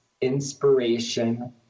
inspiration